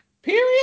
Period